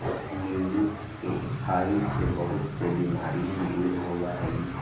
नींबू के खाई से बहुत से बीमारियन दूर होबा हई